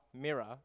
mirror